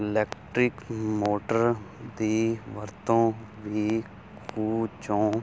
electric motor ਦੀ ਵਰਤੋਂ ਵੀ ਖੂਹ 'ਚੋਂ